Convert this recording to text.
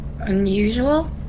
Unusual